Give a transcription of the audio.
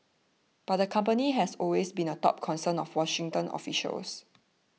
but the company has also been a top concern of Washington officials